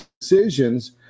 decisions